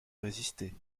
résister